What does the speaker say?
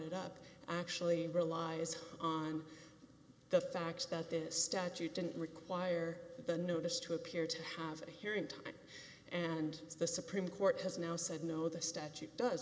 it up actually relies on the fact that the statute didn't require the notice to appear to have a hearing time and the supreme court has now said no the statute does